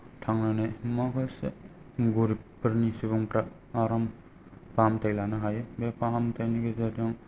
थांनानै माखासे गरिबफोरनि सुबुंफ्रा आराम फाहामथाय लानो हायो बे फाहामथायनि गेजेरजों